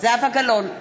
זהבה גלאון,